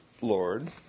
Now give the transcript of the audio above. Lord